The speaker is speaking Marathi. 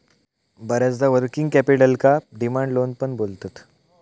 बऱ्याचदा वर्किंग कॅपिटलका डिमांड लोन पण बोलतत